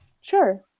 Sure